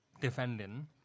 defending